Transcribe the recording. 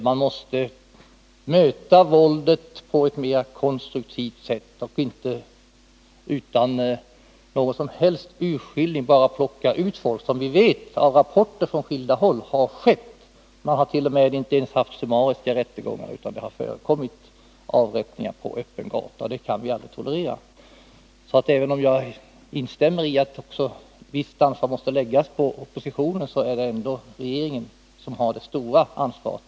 Man måste möta våldet på ett mer konstruktivt sätt och inte bara plocka ut folk utan någon som helst urskillning — vilket har skett enligt vad vi vet av rapporter från skilda håll. Det hart.o.m. förekommit att man inte ens haft summariska rättegångar — det har skett avrättningar på öppen gata. Detta kan vi aldrig tolerera. Även om jag instämmer i att ett visst ansvar måste läggas på oppositionen, så är det alltså ändå regeringen som har det stora ansvaret.